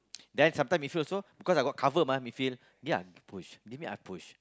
then sometime midfield also because I got cover mah midfield give me I push give me I push